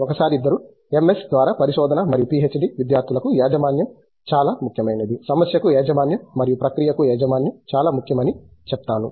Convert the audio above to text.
ఒకసారి ఇద్దరూ MS ద్వారాపరిశోధన మరియు పీహెచ్డీ విద్యార్థులకు యాజమాన్యం చాలా ముఖ్యమైనది సమస్యకు యాజమాన్యం మరియు ప్రక్రియకు యాజమాన్యం చాలా ముఖ్యం అని చెప్తాము